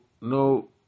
no